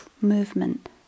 movement